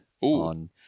on